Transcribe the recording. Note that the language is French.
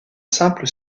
simple